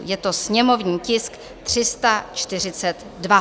Je to sněmovní tisk 342.